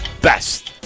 best